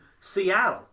Seattle